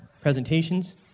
presentations